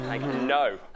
no